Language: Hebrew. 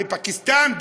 בפקיסטן,